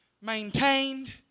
maintained